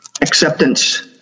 Acceptance